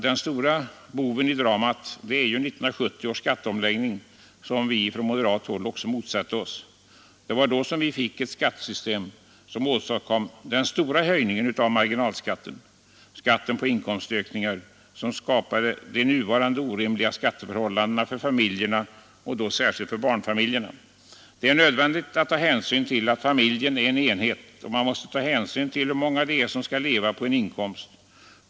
Den stora boven i dramat är 1970 års skatteomläggning, som vi moderater också motsatte oss. Det var då som det genomfördes ett skattesystem, som åstadkom den stora höjningen av marginalskatten, skatten på inkomstökningar, vilken skapade de nuvarande orimliga skatteförhållandena för familjerna och d skilt barnfamiljerna. Det är nödvändigt att ta hänsyn till att familjen är en enhet, och man måste ta hänsyn till hur många det är som skall leva på en inkomst.